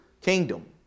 kingdom